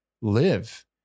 live